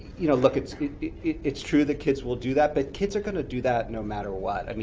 you know look, it's it's true that kids will do that, but kids are going to do that no matter what. i mean